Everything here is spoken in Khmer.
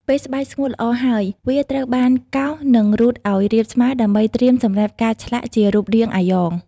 ពេលស្បែកស្ងួតល្អហើយ វាត្រូវបានកោស និងរូតឱ្យរាបស្មើដើម្បីត្រៀមសម្រាប់ការឆ្លាក់ជារូបរាងអាយ៉ង។